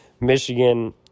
Michigan